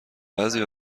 بعضی